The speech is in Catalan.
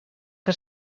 que